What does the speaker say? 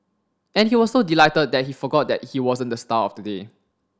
and he was so delighted that he forgot that he wasn't the star of the day